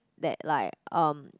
that like um